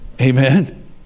Amen